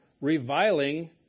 reviling